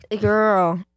Girl